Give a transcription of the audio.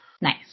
Nice